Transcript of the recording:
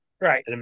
Right